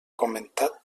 comentat